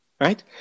right